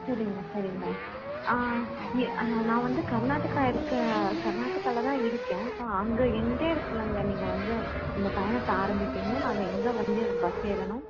சரிங்கண்ணா சரிங்கண்ணா இ நான் வந்து கர்நாடகா இருக்க கர்நாடகாவில் தான் இருக்கேன் ஸோ அங்கே எந்த இடத்துலங்க நீங்கள் வந்து இந்த பயணத்தை ஆரம்பிப்பீங்க நாங்கள் எங்கே வந்து பஸ் ஏறணும்